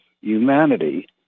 humanity